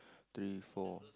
three four